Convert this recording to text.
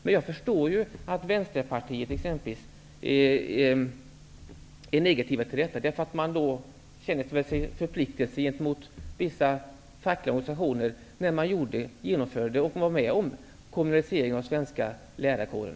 Men jag förstår att man i t.ex. Vänsterpartiet är negativ till detta, eftersom man antagligen känner sig förpliktad gentemot vissa fackliga organisationer på grund av att man var med om att kommunalisera den svenska lärarkåren.